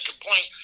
complaint